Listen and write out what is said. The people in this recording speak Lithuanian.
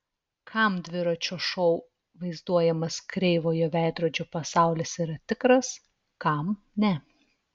kam dviračio šou vaizduojamas kreivojo veidrodžio pasaulis yra tikras kam ne